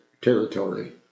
territory